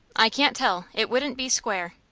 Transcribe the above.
i can't tell it wouldn't be square.